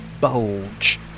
bulge